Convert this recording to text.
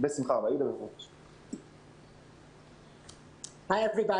(נושא דברים באנגלית,